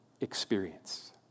experience